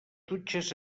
dutxes